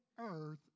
earth